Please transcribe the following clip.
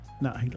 No